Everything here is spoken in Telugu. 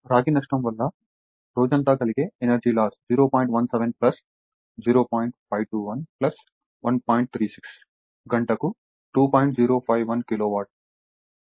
అందువల్ల రాగి నష్టం వల్ల రోజంతా కలిగే ఎనర్జీ లాస్ 0